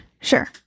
Sure